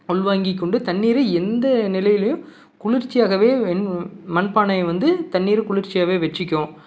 உள்வாங்கி கொண்டு தண்ணீரை எந்த நிலையிலேயும் குளிர்ச்சியாகவே வென் மண் பானை வந்து தண்ணீர் குளிர்ச்சியாகவே வச்சுக்கும்